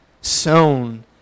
sown